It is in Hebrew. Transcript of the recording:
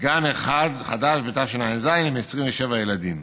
גן אחד חדש בתשע"ז עם 27 ילדים.